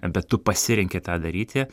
bet tu pasirenki tą daryti